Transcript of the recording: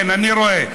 כן, אני רואה.